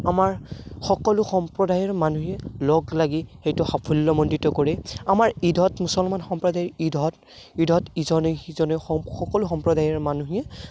আমাৰ সকলো সম্প্ৰদায়ৰ মানুহে লগ লাগি সেইটো সাফল্যমণ্ডিত কৰে আমাৰ ঈদত মুছলমান সম্প্ৰদায়ৰ ঈদত ঈদত ইজনে সিজনে সকলো সম্প্ৰদায়ৰ মানুহেই